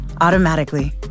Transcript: automatically